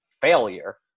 failure